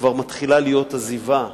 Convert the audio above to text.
כבר מתחילה להיות עזיבה.